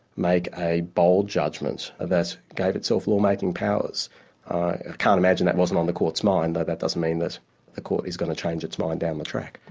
make a bold judgment ah that gave itself law-making powers. i can't imagine that wasn't on the court's mind, though that does mean that the court is going to change its mind down the track.